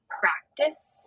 practice